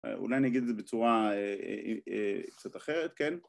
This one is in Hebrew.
אולי אני אגיד את זה בצורה קצת אחרת, כן?